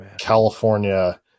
California